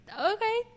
okay